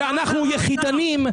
כשאנחנו יחידנים,